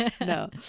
No